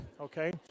Okay